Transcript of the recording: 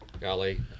golly